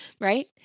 right